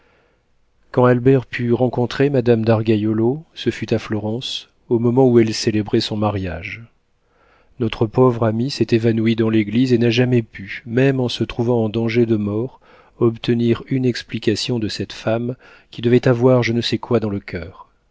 quand albert put rencontrer madame d'argaiolo ce fut à florence au moment où elle célébrait son mariage notre pauvre ami s'est évanoui dans l'église et n'a jamais pu même en se trouvant en danger de mort obtenir une explication de cette femme qui devait avoir je ne sais quoi dans le coeur